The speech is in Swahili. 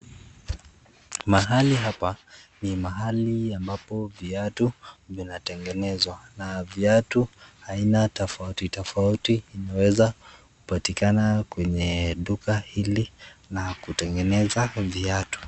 Mahali hapa ni mahali ambapo viatu vinatengenezwa na viatu aina tofauti tofauti inaweza kupatikana kwenye duka hili na kutengeneza viatu.